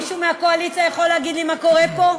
מישהו מהקואליציה יכול להגיד לי מה קורה פה?